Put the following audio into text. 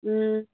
ꯎꯝ